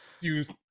use